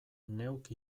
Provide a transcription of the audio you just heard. neuk